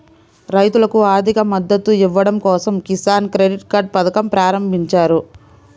రైతులకు ఆర్థిక మద్దతు ఇవ్వడం కోసం కిసాన్ క్రెడిట్ కార్డ్ పథకం ప్రారంభించారు